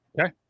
Okay